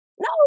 No